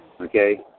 Okay